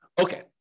Okay